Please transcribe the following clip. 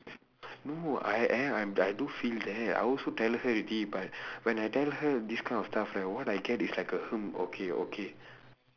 no I am I I do feel that I also tell her already but when I tell her this kind of stuff right what I get is like a hmm okay okay